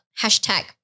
hashtag